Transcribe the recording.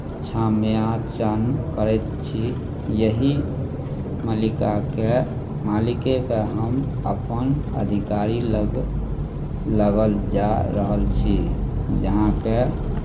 क्षमा याचना करैत छी यही मलिकाके मालिकेकेँ हम अपन अधिकारी लग लगल जा रहल छी जहाँ कऽ